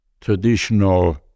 traditional